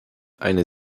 eine